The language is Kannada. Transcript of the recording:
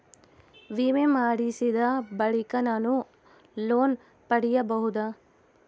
ವಿಮೆ ಮಾಡಿಸಿದ ಬಳಿಕ ನಾನು ಲೋನ್ ಪಡೆಯಬಹುದಾ?